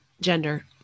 gender